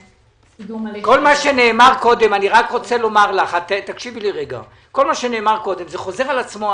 כל מה שנאמר קודם, התהליך הזה חוזר על עצמו.